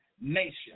nation